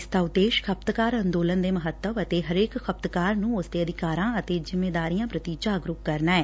ਇਸਦਾ ਉਦੇਸ਼ ਖਪਤਕਾਰ ਅੰਦੋਲਨ ਦੇ ਮਹੱਤਵ ਅਤੇ ਹਰੇਕ ਖਪਤਕਾਰ ਨੂੰ ਉਸਦੇ ਅਧਿਕਾਰਾਂ ਅਤੇ ਜਿੰਮੇਦਾਰੀਆਂ ਪੁਤੀ ਜਾਗਰੁਕ ਕਰਨਾ ਐ